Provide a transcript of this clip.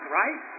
right